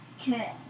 Okay